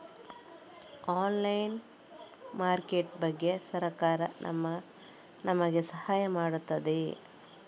Online market ಬಗ್ಗೆ ಸರಕಾರ ನಮಗೆ ಸಹಾಯ ಮಾಡುತ್ತದೆ?